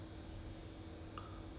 oh